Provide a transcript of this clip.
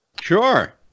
Sure